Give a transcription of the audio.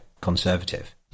conservative